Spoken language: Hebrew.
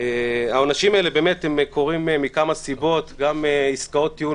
העונשים האלה קורים מכמה סיבות: גם עסקאות טיעון